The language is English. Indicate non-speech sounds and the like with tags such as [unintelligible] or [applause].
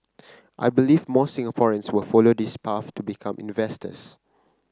I believe more Singaporeans will follow this path to become [unintelligible]